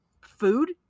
food